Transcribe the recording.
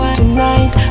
tonight